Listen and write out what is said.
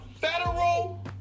federal